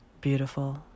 Beautiful